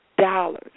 dollars